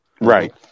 Right